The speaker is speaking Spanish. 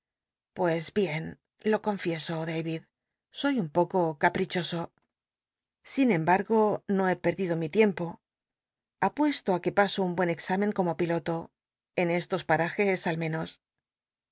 pncs bien lo confieso david soy un poco caprichoso sin embargo no he perdido mi tiempo apuesto que paso un buen cxümen como piloto en estos par rjcs al menos